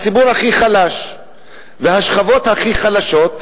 הציבור הכי חלש והשכבות הכי חלשות,